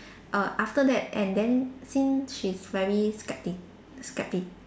err after that and then since she's very skepti~ skepti~